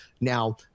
Now